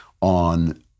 on